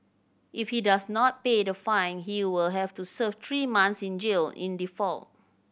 if he does not pay the fine he will have to serve three months in jail in default